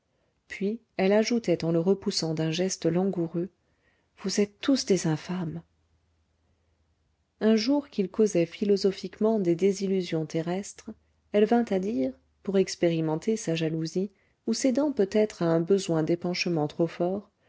puis elle ajoutait en le repoussant d'un geste langoureux vous êtes tous des infâmes un jour qu'ils causaient philosophiquement des désillusions terrestres elle vint à dire pour expérimenter sa jalousie ou cédant peut-être à un besoin d'épanchement trop fort